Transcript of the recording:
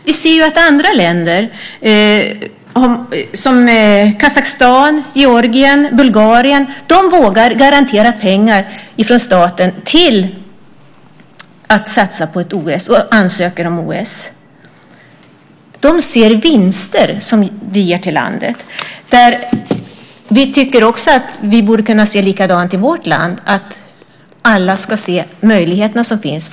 Vi ser ju att andra länder, som Kazakstan, Georgien och Bulgarien, vågar garantera pengar från staten för att satsa på ett OS och ansöker om OS. De ser vinster som det ger till landet. Vi tycker att vi borde kunna se likadant på det i vårt land, att alla ska se de möjligheter som finns.